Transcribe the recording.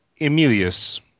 Emilius